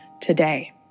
today